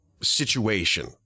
situation